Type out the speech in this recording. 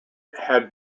had